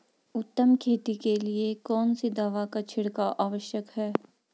उत्तम खेती के लिए कौन सी दवा का छिड़काव आवश्यक है?